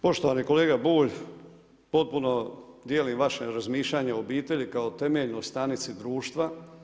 Poštovani kolega Bulj, potpuno dijelim vaše razmišljanje o obitelji kao temeljnoj stanici društva.